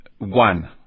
one